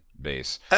base